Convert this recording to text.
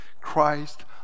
Christ